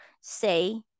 say